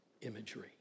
imagery